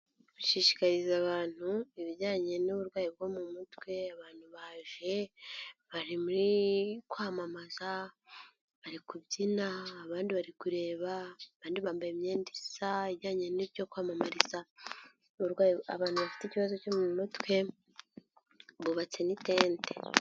Gushishikariza abantu ibijyanye n'uburwayi bwo mu mutwe, abantu baje, bari muri kwamamaza, bari kubyina, abandi bari kureba, abandi bambaye imyenda isa, ijyanye n'ibyo kwamamariza uburwayi, abantu bafite ikibazo cyo mu mutwe, bubatse n'itente.